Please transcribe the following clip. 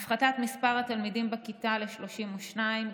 הפחתת מספר התלמידים בכיתה ל-32,